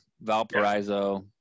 Valparaiso